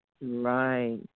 Right